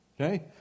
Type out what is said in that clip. okay